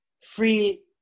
free